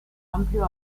amplio